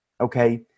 okay